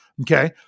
Okay